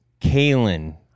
Kalen